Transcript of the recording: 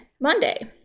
Monday